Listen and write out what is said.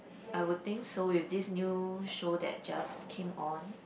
I would think so if this new show that just came on